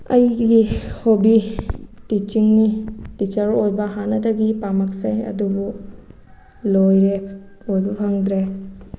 ꯑꯩꯒꯤ ꯍꯣꯕꯤ ꯇꯤꯆꯤꯡꯅꯤ ꯇꯤꯆꯔ ꯑꯣꯏꯕ ꯍꯥꯟꯅꯗꯒꯤ ꯄꯥꯝꯃꯛꯆꯩ ꯑꯗꯨꯕꯨ ꯂꯣꯏꯔꯦ ꯑꯣꯏꯕ ꯐꯪꯗ꯭ꯔꯦ